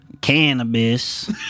cannabis